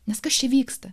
nes kas čia vyksta